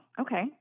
okay